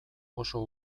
oso